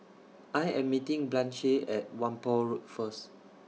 I Am meeting Blanche At Whampoa Road First